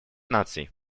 наций